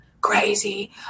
crazy